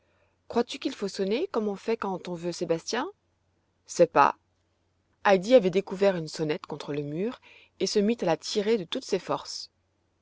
crois-tu qu'il faut sonner comme on fait quand on veut sébastien sais pas heidi avait découvert une sonnette contre le mur et se mit à la tirer de toutes ses forces